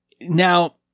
Now